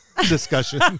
discussion